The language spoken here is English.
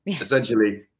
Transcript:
essentially